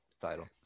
Title